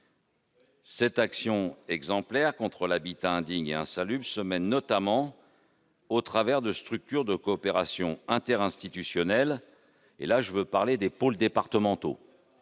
Cette action exemplaire contre l'habitat indigne et insalubre se mène notamment au travers de structures de coopération interinstitutionnelle : je veux parler des pôles départementaux